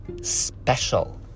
special